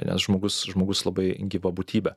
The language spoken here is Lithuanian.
nes žmogus žmogus labai gyva būtybė